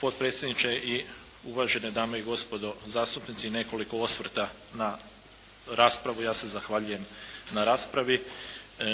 potpredsjedniče i uvažene dame i gospodo zastupnici, nekoliko osvrta na raspravu. Ja se zahvaljujem na raspravi,